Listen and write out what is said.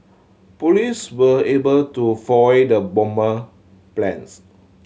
police were able to foil the bomber plans